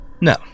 No